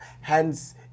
Hence